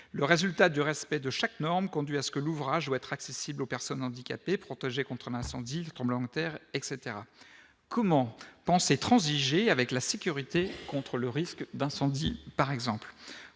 le résultat du respect de chaque norme conduit à ce que l'ouvrage doit être accessible aux personnes handicapées protéger contre un incendie, le tremblement terre etc, comment penser transiger avec la sécurité contre le risque d'incendie, par exemple,